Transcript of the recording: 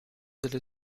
delle